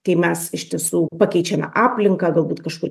kai mes iš tiesų pakeičiame aplinką galbūt kažkur